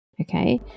okay